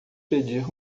pedir